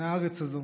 מהארץ הזאת,